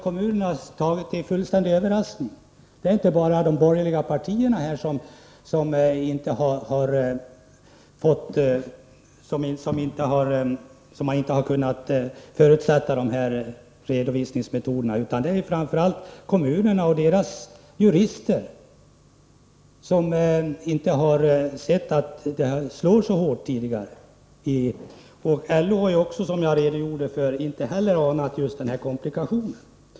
Kommunerna har tagits med fullständig överraskning. Det är inte bara de borgerliga partierna som inte har kunnat förutsätta att dessa redovisningsmetoder skulle komma att användas. Det är framför allt kommunerna och deras jurister som inte tidigare har sett att detta kommer att slå så hårt. LO har, vilket jag också har redogjort för, inte heller anat just den här komplikationen.